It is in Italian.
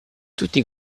tutti